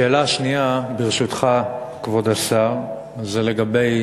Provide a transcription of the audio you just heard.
השאלה השנייה, ברשותך, כבוד השר, היא לגבי